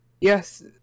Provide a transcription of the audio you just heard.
yes